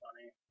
funny